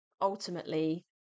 ultimately